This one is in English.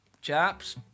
Chaps